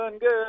good